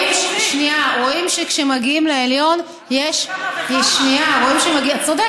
שנייה, רואים שכשמגיעים לעליון, כמה וכמה.